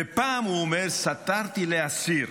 ופעם הוא אומר: סטרתי לאסיר.